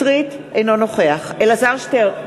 נגד אלעזר שטרן,